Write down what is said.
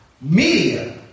media